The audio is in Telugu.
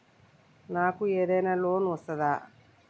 నాకు ఏదైనా లోన్ వస్తదా?